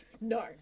No